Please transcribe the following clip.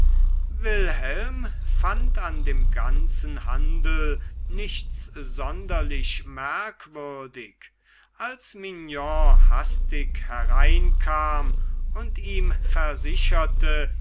wilhelm fand an dem ganzen handel nichts sonderlich merkwürdig als mignon hastig hereinkam und ihm versicherte